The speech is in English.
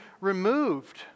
removed